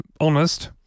honest –